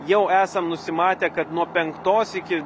jau esam nusimatę kad nuo penktos iki